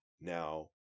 Now